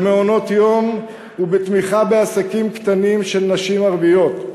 במעונות-יום ובתמיכה בעסקים קטנים של נשים ערביות.